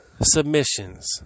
submissions